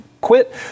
quit